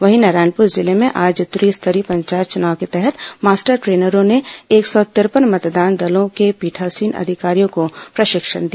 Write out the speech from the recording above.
वहीं नारायणपुर जिले में आज त्रिस्तरीय पंचायत चुनाव के तहत मास्टर ट्रेनरों ने एक सौ तिरपन मतदान दलों के पीठासीन अधिकारियों को प्रशिक्षण दिया